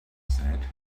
said